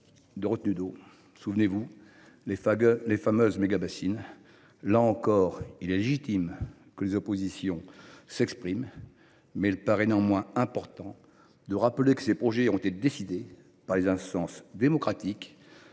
de retenues d’eau, les fameuses mégabassines. Là encore, il est légitime que les oppositions s’expriment. Il paraît néanmoins important de rappeler que ces projets ont été décidés par des instances démocratiques